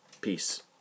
Peace